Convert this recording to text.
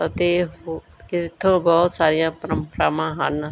ਅਤੇ ਇੱਥੋਂ ਬਹੁਤ ਸਾਰੀਆਂ ਪਰੰਪਰਾਵਾਂ ਹਨ